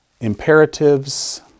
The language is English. imperatives